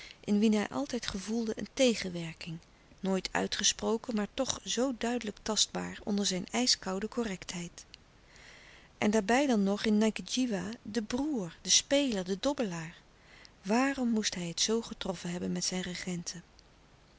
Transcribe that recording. in wien hij altijd gevoelde een tegenwerking nooit uitgesproken maar toch zoo duidelijk tastbaar onder zijn ijskoude correctheid en daarbij dan nog in ngadjiwa de broêr de speler de dobbelaar waarom moest hij het zoo getroffen hebben met zijn regenten